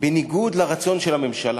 בניגוד לרצון של הממשלה.